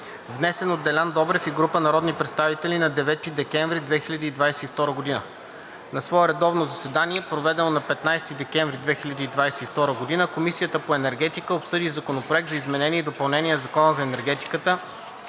внесен от Делян Добрев и група народни представители на 9 декември 2022 г. На свое редовно заседание, проведено на 15 декември 2022 г., Комисията по енергетика обсъди Законопроект за изменение и допълнение на Закона за енергетиката,